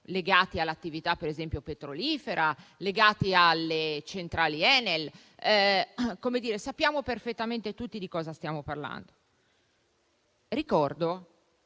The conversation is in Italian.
legati all'attività petrolifera e alle centrali ENEL. Tutti sappiamo perfettamente di cosa stiamo parlando. Ricordo